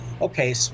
Okay